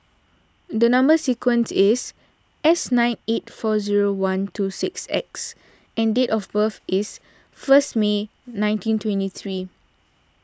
the Number Sequence is S nine eight four zero one two six X and date of birth is first May nineteen twenty three